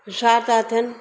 होश्यार था ठियणु